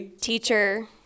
teacher